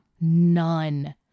None